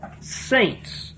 saints